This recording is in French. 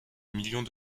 millions